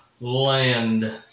land